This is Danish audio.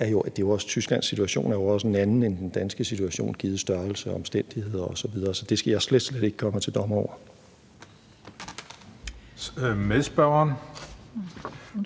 ageren, men Tysklands situation er jo også en anden end den danske situation givet størrelse, omstændigheder osv., så det skal jeg slet, slet ikke gøre mig til dommer over. Kl. 16:07 Den fg. formand (Christian Juhl): Medspørgeren,